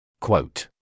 Quote